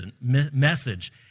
message